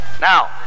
now